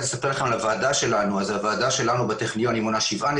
אומר עוד דבר אחד: אנחנו מכירים מקומות אחרים שבהם יש